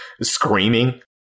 screaming